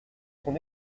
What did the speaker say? son